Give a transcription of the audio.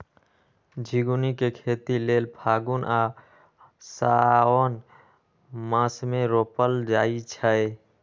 झिगुनी के खेती लेल फागुन आ साओंन मासमे रोपल जाइ छै